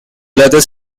leather